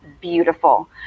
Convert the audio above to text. beautiful